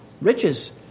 riches